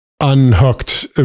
unhooked